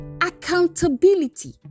accountability